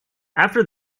after